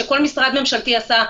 שכל משרד ממשלתי עשה,